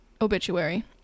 obituary